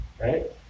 right